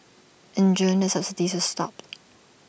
in June the subsidies stopped